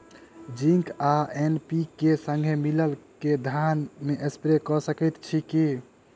Zinc आ NPK, संगे मिलल कऽ धान मे स्प्रे कऽ सकैत छी की?